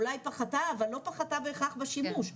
אולי פחתה אבל לא פחתה בהכרח בשימוש,